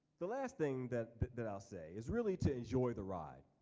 the last thing that that i'll say is really to enjoy the ride.